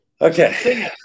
Okay